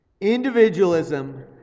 Individualism